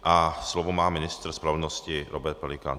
A slovo má ministr spravedlnosti Robert Pelikán.